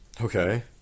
okay